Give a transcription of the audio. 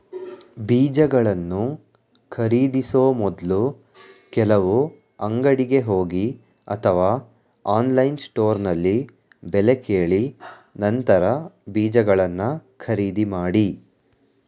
ಬೀಜಗಳನ್ನು ಖರೀದಿಸೋ ಮೊದ್ಲು ಕೆಲವು ಅಂಗಡಿಗೆ ಹೋಗಿ ಅಥವಾ ಆನ್ಲೈನ್ ಸ್ಟೋರ್ನಲ್ಲಿ ಬೆಲೆ ಕೇಳಿ ನಂತರ ಬೀಜಗಳನ್ನ ಖರೀದಿ ಮಾಡಿ